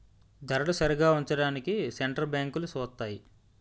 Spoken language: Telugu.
ధరలు సరిగా ఉంచడానికి సెంటర్ బ్యాంకులు సూత్తాయి